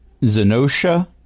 Zenosha